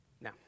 Now